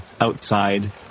outside